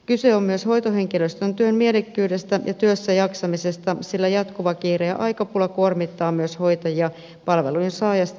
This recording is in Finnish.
kyse on myös hoitohenkilöstön työn mielekkyydestä ja työssäjaksamisesta sillä jatkuva kiire ja aikapula kuormittaa myös hoitajia palvelujen saajasta puhumattakaan